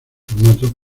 formato